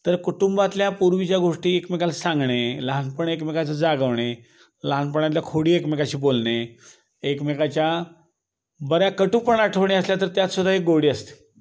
तर कुटुंबातल्या पूर्वीच्या गोष्टी एकमेकाला सांगणे लहानपण एकमेकाचं जागवणे लहानपणातल्या खोडी एकमेकाशी बोलणे एकमेकाच्या बऱ्या कटु पण आठवणी असल्या तर त्यातसुद्धा एक गोडी असते